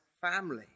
family